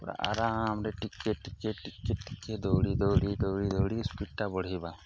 ପୁରା ଆରାମରେ ଟିକେ ଟିକେ ଟିକେ ଟିକେ ଦୌଡ଼ି ଦୌଡ଼ି ଦୌଡ଼ି ଦୌଡ଼ି ସ୍ପିଡ଼୍ଟା ବଢ଼େଇବା